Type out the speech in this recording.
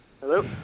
Hello